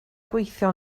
gweithio